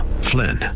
Flynn